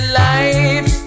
life